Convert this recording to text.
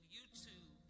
YouTube